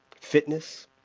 fitness